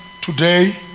Today